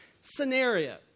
scenario